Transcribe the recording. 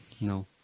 No